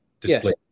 display